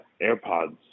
AirPods